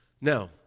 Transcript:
Now